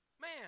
Man